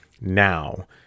now